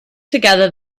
together